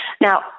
Now